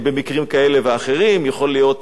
יכול להיות איזה משהו כמו לונדון וקירשנבאום,